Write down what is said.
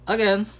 Again